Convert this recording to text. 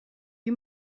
die